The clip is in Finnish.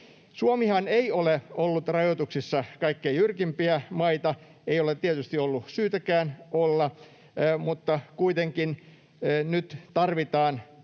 Suomihan ei ole ollut rajoituksissa kaikkein jyrkimpiä maita. Ei ole tietysti ollut syytäkään olla, mutta kuitenkin nyt tarvitaan